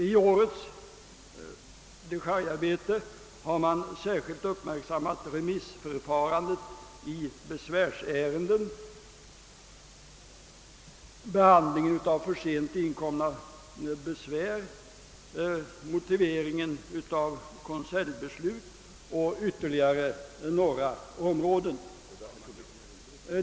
I årets dechargearbete har särskilt uppmärksammats remissförfarandet i besvärsärenden, behandlingen av för sent inkomna besvär, motiveringen av konseljbeslut och ytterligare några områden.